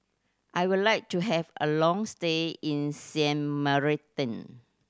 I would like to have a long stay in Sint Maarten